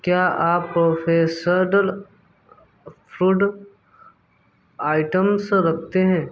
क्या आप processed food items रखते हैं